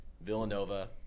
Villanova